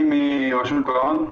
היום, קשור לרשות שוק ההון,